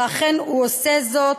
ואכן הוא עושה זאת,